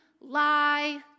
lie